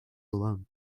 alone